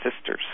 sisters